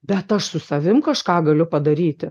bet aš su savim kažką galiu padaryti